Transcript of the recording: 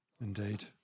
Indeed